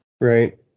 right